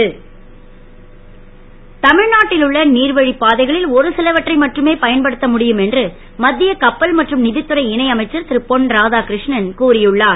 பொன் Radhakrishnan தமி நாட்டில் உள்ள நீர் வ ப் பாதைகளில் ஒருசிலவற்றை மட்டுமே பயன்படுத்த முடியும் என்று மத் ய கப்பல் மற்றும் த்துறை இணை அமைச்சர் ரு பொன் ராதாகிரு ணன் கூறி உள்ளார்